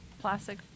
plastic